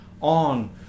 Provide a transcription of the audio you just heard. on